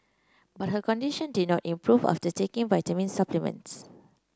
but her condition did not improve after taking vitamin supplements